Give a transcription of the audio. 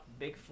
Bigfoot